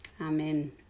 Amen